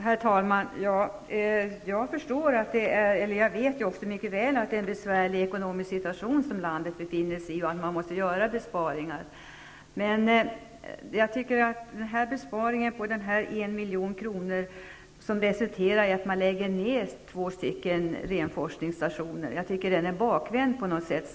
Herr talman! Jag vet mycket väl att landet befinner sig i en besvärlig ekonomisk situation och att man måste göra besparingar. Men att göra en besparing på 1 miljon som resulterar i att man lägger ner två renforskningsstationer är bakvänt på något sätt.